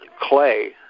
clay